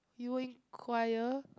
you were in choir